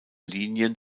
linien